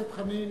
בבקשה,